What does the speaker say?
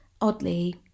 oddly